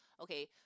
okay